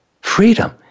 freedom